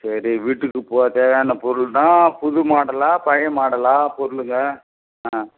சரி வீட்டுக்கு ப தேவையான பொருள் தான் புது மாடலாக பழைய மாடலாக பொருளுகள் ஆ